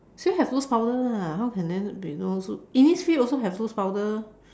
still have loose powder lah how can there be no Innisfree also have loose powder